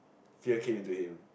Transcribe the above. fear came into him